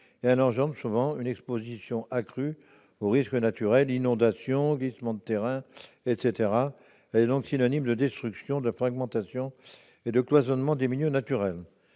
Elle entraîne souvent une exposition accrue aux risques naturels- inondations, glissements de terrain ... Elle est donc synonyme de destruction, de fragmentation et de cloisonnement des milieux naturels.